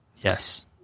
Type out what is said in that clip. Yes